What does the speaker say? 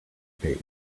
page